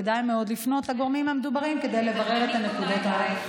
כדאי מאוד לפנות לגורמים המדוברים כדי לברר את הנקודות האלה.